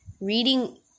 reading